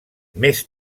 més